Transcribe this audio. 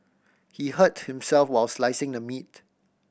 he hurt himself while slicing the meat